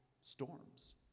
storms